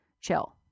chill